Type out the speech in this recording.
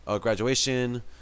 graduation